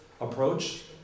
approach